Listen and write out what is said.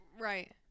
right